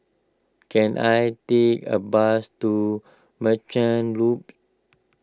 can I take a bus to Merchant Loop